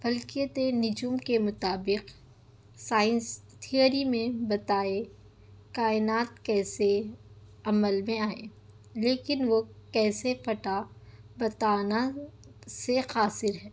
فلکیت نجوم کے مطابق سائنس تھئوری میں بتائے کائنات کیسے عمل میں آئے لیکن وہ کیسے فٹا بتانا سے قاصر ہے